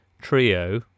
trio